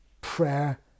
prayer